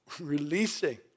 releasing